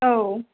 औ